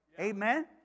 Amen